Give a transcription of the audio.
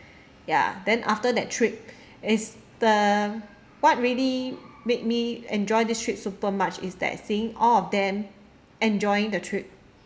ya then after that trip is the what really made me enjoy this trip super much is that seeing all of them enjoying the trip